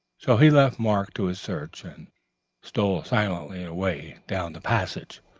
so he left mark to his search, and stole silently away down the passage.